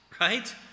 right